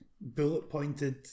bullet-pointed